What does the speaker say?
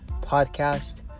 Podcast